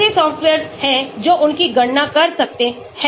ऐसे सॉफ्टवेयर्स हैं जो उनकी गणना कर सकते हैं